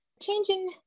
Changing